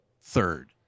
third